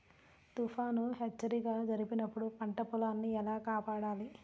తుఫాను హెచ్చరిక జరిపినప్పుడు పంట పొలాన్ని ఎలా కాపాడాలి?